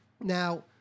Now